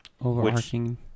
Overarching